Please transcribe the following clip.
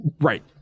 Right